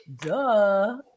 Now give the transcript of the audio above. Duh